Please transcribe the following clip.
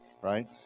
right